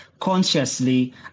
consciously